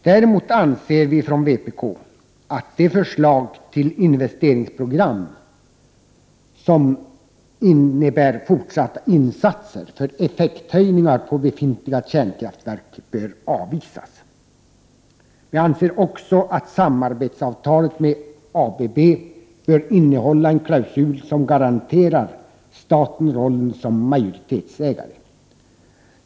Däremot anser vi från vpk att det förslag till investeringsprogram som innebär fortsatta insatser för effekthöjningar på befintliga kärnkraftverk bör avvisas. Vi anser också att samarbetsavtalet med ABB bör innehålla en klausul som garanterar staten rollen som majoritetsägare.